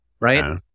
Right